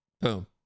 boom